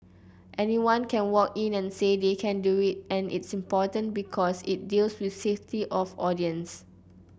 anyone can walk in and say they can do it and it's important because it deals with safety of audience